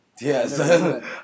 Yes